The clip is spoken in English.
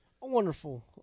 wonderful